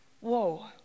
Whoa